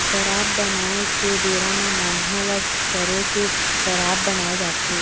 सराब बनाए के बेरा म मउहा ल सरो के सराब बनाए जाथे